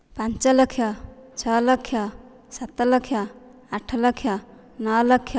ପାଞ୍ଚ ଲକ୍ଷ ଛଅ ଲକ୍ଷ ସାତ ଲକ୍ଷ ଆଠ ଲକ୍ଷ ନଅ ଲକ୍ଷ